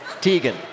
Tegan